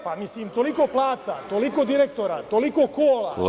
Pa, mislim toliko plata, toliko direktora, toliko kola…